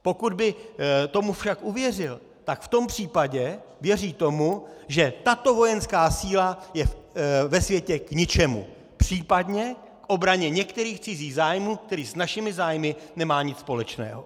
Pokud by tomu však uvěřil, tak v tom případě věří tomu, že tato vojenská síla je ve světě k ničemu, případně k obraně některých cizích zájmů, které s našimi zájmy nemají nic společného.